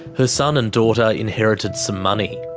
her son and daughter inherited some money.